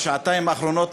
בשעתיים האחרונות,